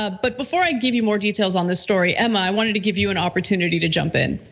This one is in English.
ah but before i give you more details on this story, emma, i wanted to give you an opportunity to jump in.